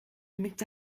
mikte